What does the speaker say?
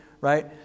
right